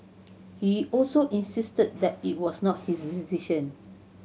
he also insisted that it was not his decision